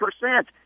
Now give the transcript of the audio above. percent